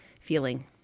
feeling